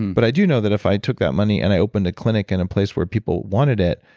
but i do know that if i took that money, and i opened a clinic and a place where people wanted it,